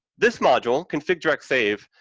this module, config direct save,